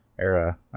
era